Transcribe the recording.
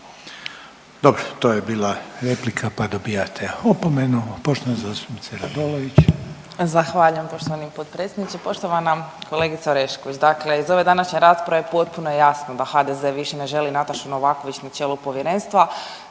Dobro. To je bila replika, pa dobivate opomenu. Poštovana zastupnica Radolović. **Radolović, Sanja (SDP)** Zahvaljujem se gospodine potpredsjedniče. Poštovana kolegice Orešković dakle iz ove današnje rasprave potpuno je jasno da HDZ-e više ne želi Natašu Novaković na čelu Povjerenstva.